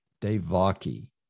Devaki